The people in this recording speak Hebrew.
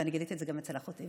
ואני גיליתי את זה גם אצל אחותי,